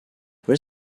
where